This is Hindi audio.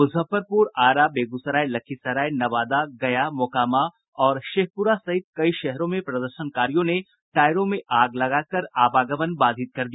मुजफ्फरपुर आरा बेगूसराय लखीसराय नवादा गया मोकामा और शेखपुरा सहित कई शहरों में प्रदर्शनकारियों ने टायरों में आग लगाकर आवागमन बाधित कर दिया